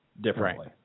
differently